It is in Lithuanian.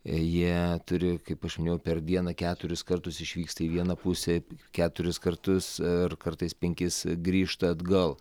jie turi kaip aš minėjau per dieną keturis kartus išvyksta į vieną pusę keturis kartus ar kartais penkis grįžta atgal